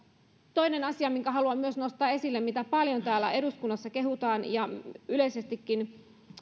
toinen asia minkä haluan myös nostaa esille ja mitä paljon täällä eduskunnassa kehutaan ja yleisestikin